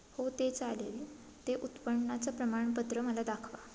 हो ते चालेल ते उत्पन्नाचं प्रमाणपत्र मला दाखवा